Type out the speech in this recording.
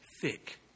thick